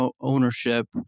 ownership